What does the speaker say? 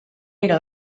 era